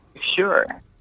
sure